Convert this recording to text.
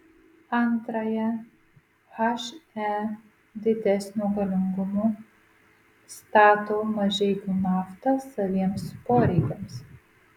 antrąją he didesnio galingumo stato mažeikių nafta saviems poreikiams